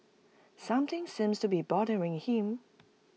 something seems to be bothering him